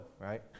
right